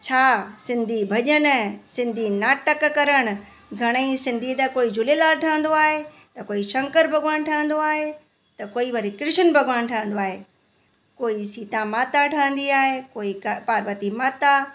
छा सिंधी भॼन सिंधी नाटक करणु घणेई सिंधी त कोई झूलेलाल ठहंदो आहे त कोई शंकर भॻवानु ठहंदो आहे त कोई वरी कृष्ण भॻवानु ठहंदो आहे कोई सीता माता ठहंदी आहे कोई क पार्वती माता